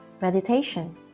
meditation